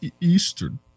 Eastern